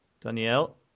Danielle